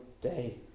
day